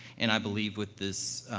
and i believe, with this,